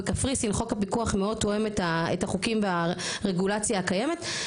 בקפריסין חוק הפיקוח מאוד תואם את החוקים והרגולציה הקיימת,